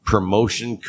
Promotion